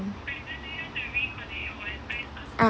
ah